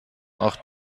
auch